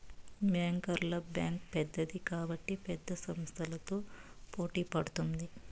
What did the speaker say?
బ్యాంకర్ల బ్యాంక్ పెద్దది కాబట్టి పెద్ద సంస్థలతో పోటీ పడుతుంది